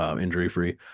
injury-free